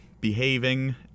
behaving